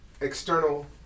external